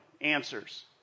answers